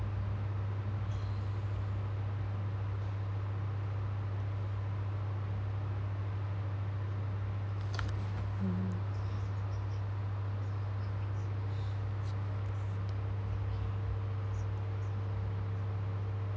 mm